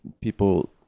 people